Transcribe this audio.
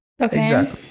Okay